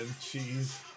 cheese